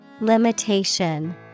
Limitation